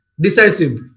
Decisive